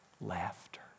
Laughter